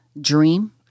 dream